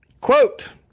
Quote